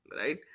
Right